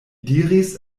diris